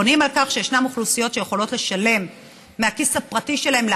בונים על כך שישנן אוכלוסיות שיכולות לשלם מהכיס הפרטי שלהן,